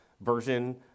version